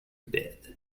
bed